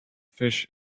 fish